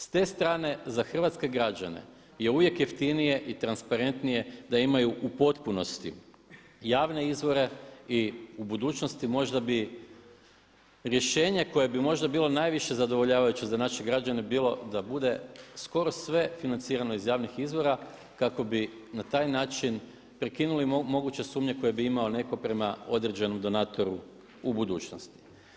S te strane za hrvatske građane je uvijek jeftinije i transparentnije da imaju u potpunosti javne izvore i u budućnost možda bi rješenje koje bi možda bilo najviše zadovoljavajuće za naše građane bilo da bude skoro sve financirano iz javnih izvora kako bi na taj način prekinuli moguće sumnje koje bi imao neko prema određenom donatoru u budućnosti.